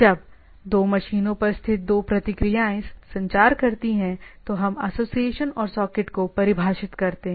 जब दो मशीनों पर स्थित दो प्रक्रियाएं संचार करती हैं तो हम एसोसिएशन और सॉकेट को परिभाषित करते हैं